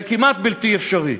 זה כמעט בלתי אפשרי.